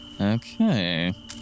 Okay